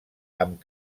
amb